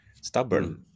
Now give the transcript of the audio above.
stubborn